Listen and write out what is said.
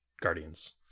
guardians